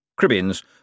Cribbins